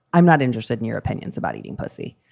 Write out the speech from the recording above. i'm not interested in your opinions about eating pussy.